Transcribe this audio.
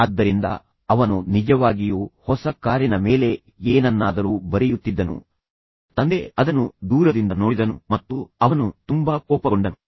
ಆದ್ದರಿಂದ ಅವನು ನಿಜವಾಗಿಯೂ ಹೊಸ ಕಾರಿನ ಮೇಲೆ ಏನನ್ನಾದರೂ ಬರೆಯುತ್ತಿದ್ದನು ತಂದೆ ಅದನ್ನು ದೂರದಿಂದ ನೋಡಿದನು ಮತ್ತು ಅವನು ತುಂಬಾ ಕೋಪಗೊಂಡನು